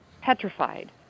petrified